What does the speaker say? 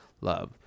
love